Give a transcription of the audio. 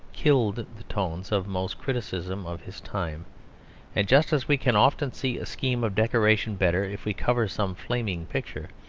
killed the tones of most criticism of his time and just as we can often see a scheme of decoration better if we cover some flaming picture,